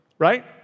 right